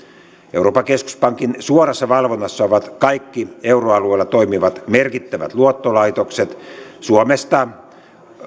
euroopan keskuspankin suorassa valvonnassa ovat kaikki euroalueella toimivat merkittävät luottolaitokset suomesta